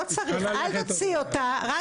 אל תוציא אותה, לא צריך.